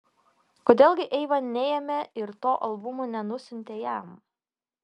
kodėl gi eiva neėmė ir to albumo nenusiuntė jam